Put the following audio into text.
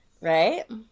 Right